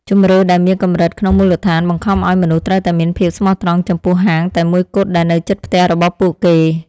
ជម្រើសដែលមានកម្រិតក្នុងមូលដ្ឋានបង្ខំឱ្យមនុស្សត្រូវតែមានភាពស្មោះត្រង់ចំពោះហាងតែមួយគត់ដែលនៅជិតផ្ទះរបស់ពួកគេ។